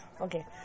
Okay